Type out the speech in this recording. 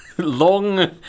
Long